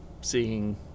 seeing